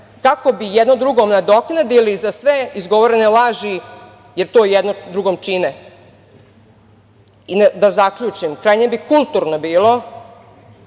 kako bi jedno drugom nadoknadili za sve izgovorene laži, jer to jedno drugom čine. Da zaključim, krajnje bi kulturno bilo